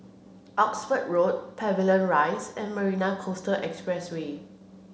Oxford Road Pavilion Rise and Marina Coastal Expressway